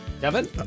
Kevin